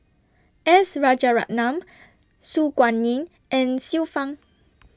S Rajaratnam Su Guaning and Xiu Fang